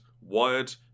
Wired